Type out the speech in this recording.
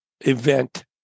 event